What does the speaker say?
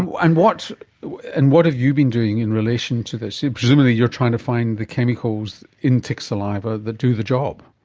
and and what and what have you been doing in relation to this? presumably you are trying to find the chemicals in tick saliva that do the job.